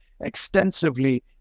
extensively